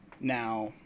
Now